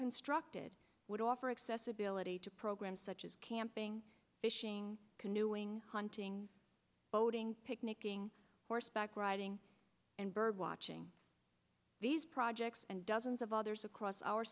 constructed would offer accessibility to programs such as camping fishing canoeing hunting boating picnicking horseback riding and birdwatching these projects and dozens of others across our